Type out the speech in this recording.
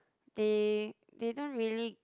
they they don't really